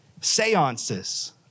seances